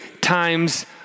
times